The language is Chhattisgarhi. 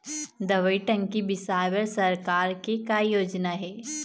दवई टंकी बिसाए बर सरकार के का योजना हे?